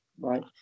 right